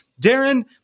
Darren